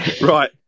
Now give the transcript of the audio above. right